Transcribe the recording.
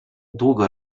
długo